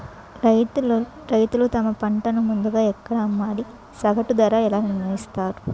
రైతులు తమ పంటను ముందుగా ఎక్కడ అమ్మాలి? సగటు ధర ఎలా నిర్ణయిస్తారు?